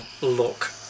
look